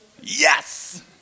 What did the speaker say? Yes